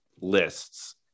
lists